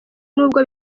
nubwo